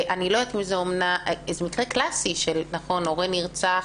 זה מקרה קלאסי של הורה נרצח,